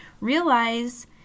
Realize